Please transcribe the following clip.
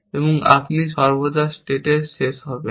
এবং আপনি সর্বদা স্টেটে শেষ হবেন